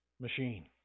machine